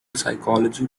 psychology